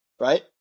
right